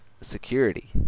security